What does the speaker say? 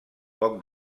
poc